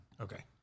Okay